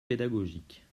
pédagogique